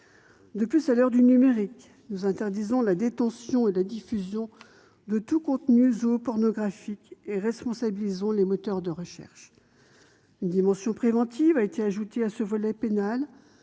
De plus, à l'heure du numérique, nous interdisons la détention et la diffusion de tout contenu zoopornographique et responsabilisons les moteurs de recherche. Une dimension préventive a été ajoutée à ce volet pénal